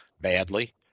badly